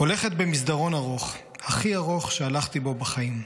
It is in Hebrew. "הולכת במסדרון ארוך, הכי ארוך שהלכתי בו בחיים.